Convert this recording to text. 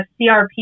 CRP